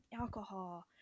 alcohol